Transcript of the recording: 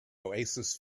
oasis